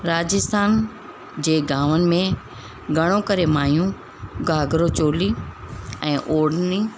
राजस्थान जे गामनि में घणो करे माइयूं घाघरो चोली ऐं ओड़नी